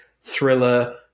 thriller